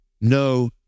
No